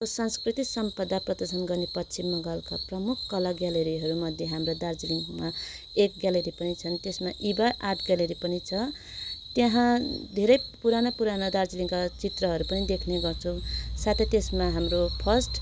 संस्कृति सम्पदा प्रदर्शन गर्ने पश्चिम बङ्गालका प्रमुख कला ग्यालरीहरू मध्ये हाम्रो दार्जिलिङमा एक ग्यालरी पनि छन् त्यसमा इभा आर्ट ग्यालरी पनि छ त्यहाँ धेरै पुराना पुराना दार्जिलिङका चित्रहरू पनि देख्ने गर्छौँ साथै त्यसमा हाम्रो फर्स्ट